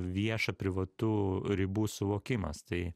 vieša privatu ribų suvokimas tai